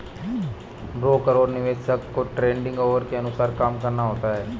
broker और निवेशक को ट्रेडिंग ऑवर के अनुसार काम करना होता है